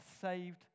saved